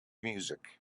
music